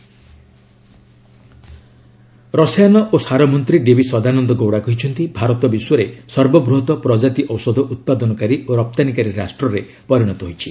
pharma sector growth ରସାୟନ ଓ ସାର ମନ୍ତ୍ରୀ ଡିଭି ସଦାନନ୍ଦ ଗୌଡ଼ା କହିଚ୍ଚନ୍ତି ଭାରତ ବିଶ୍ୱରେ ସର୍ବବୃହତ ପ୍ରଜାତି ଔଷଧ ଉତ୍ପାଦନକାରୀ ଓ ରପ୍ତାନୀକାରୀ ରାଷ୍ଟ୍ରରେ ପରିଣତ ହୋଇଛି